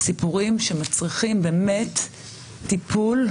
סיפורים שמצריכים באמת טיפול,